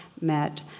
met